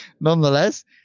nonetheless